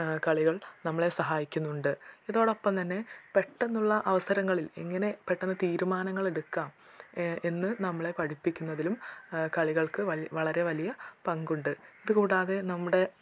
കളികൾ നമ്മളെ സഹായിക്കുന്നുണ്ട് ഇതോടൊപ്പം തന്നെ പെട്ടന്നുള്ള അവസരങ്ങളിൽ ഇങ്ങനെ പെട്ടന്ന് തീരുമാനങ്ങളെടുക്കാം എന്ന് നമ്മളെ പഠിപ്പിക്കുന്നത്തിലും കളികൾക്ക് വളരെ വലിയ പങ്കുണ്ട് ഇത് കൂടാതെ നമ്മുടെ